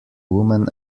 women